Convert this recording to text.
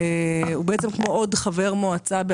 הוא בעצם כמו עוד חבר מועצה.